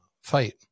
Fight